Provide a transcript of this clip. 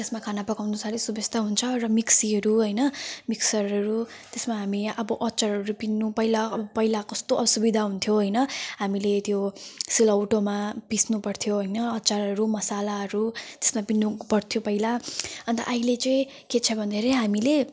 त्यसमा खाना पकाउनु साह्रै सुविस्ता हुन्छ र मिक्सीहरू हैन मिक्सरहरू त्यसमा हामी अब अचारहरू पिन्नु पहिला अब पहिला कस्तो असुविधा हुन्थ्यो हैन हामीले त्यो सिलौटोमा पिस्नुपर्थ्यो हैन अचारहरू मसलाहरू त्यसमा पिन्नुपर्थ्यो पहिला अनि त अहिले चाहिँ के छ भन्दाखेरि हामीले